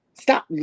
Stop